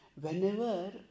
whenever